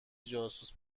جاسوس